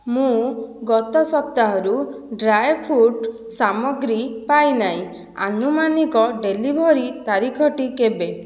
ମୁଁ ଗତ ସପ୍ତାହରୁ ଡ୍ରାଏ ଫ୍ରୁଟ୍ ସାମଗ୍ରୀ ପାଇନାହିଁ ଆନୁମାନିକ ଡେଲିଭରି ତାରିଖଟି କେବେ